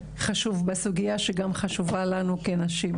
לאור המצב הנוכחי ובהתחשב בניסיון שלנו כגוף מייעץ לאו"ם,